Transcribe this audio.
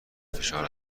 فشار